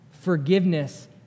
forgiveness